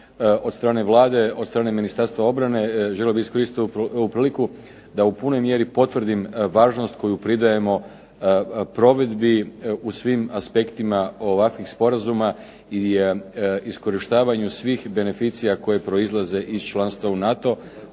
od strane Vlade, od strane Ministarstva obrane želio bih iskoristiti ovu priliku da u punoj mjeri potvrdim važnost koju pridajemo provedbi u svim aspektima ovakvih sporazuma i iskorištavanju svih beneficija koje proizlaze iz članstva u NATO.